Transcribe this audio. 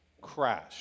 crash